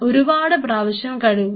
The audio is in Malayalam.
ഒരുപാട് പ്രാവശ്യം കഴുകുക